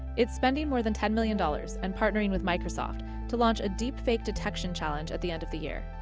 it's spending more than ten million dollars and partnering with microsoft to launch a deepfake detection challenge at the end of the year.